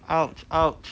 !ouch! !ouch!